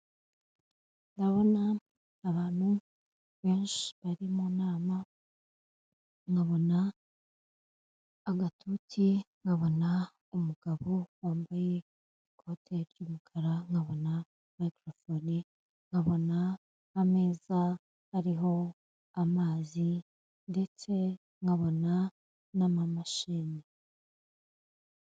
Ndabona abantu benshi bari mu nama, nkabona agatuti, nkabona umugabo wambaye ikoti ry'umukara, nkabona mikorofoni, nkabona ameza ariho amazi ndetse nkabona n'amamashini.